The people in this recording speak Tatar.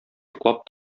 йоклап